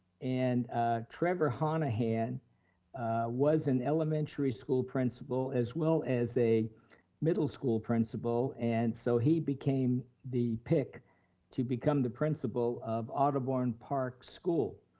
and trevor honohan was an elementary school principal, as well as a middle school principal and so he became the pick to become the principal of audubon park school.